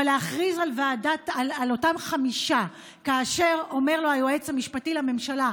אבל להכריז על אותם חמישה כאשר אומר לו היועץ המשפטי לממשלה: